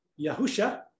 Yahusha